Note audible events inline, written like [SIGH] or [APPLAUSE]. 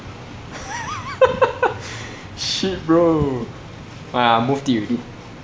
[LAUGHS] shit bro ah ya I moved it already